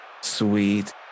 Sweet